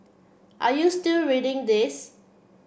are you still reading this